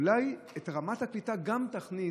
אולי את גם רמת הקליטה תכניס